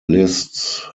lists